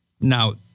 Now